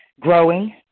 growing